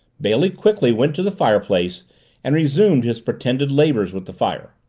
bailey quickly went to the fireplace and resumed his pretended labors with the fire.